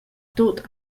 tut